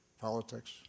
politics